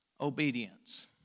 obedience